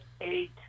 eight